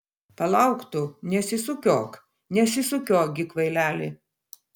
palauk tu nesisukiok nesisukiok gi kvaileli